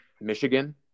Michigan